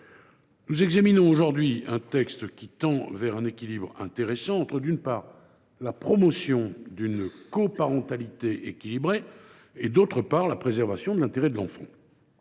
Nous examinons donc aujourd’hui un texte qui tend vers un équilibre intéressant entre, d’une part, la promotion d’une coparentalité équilibrée, d’autre part, la préservation de l’intérêt de l’enfant.